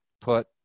put